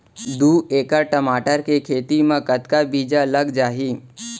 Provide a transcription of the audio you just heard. दू एकड़ टमाटर के खेती मा कतका बीजा लग जाही?